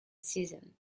season